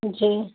جی